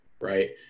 Right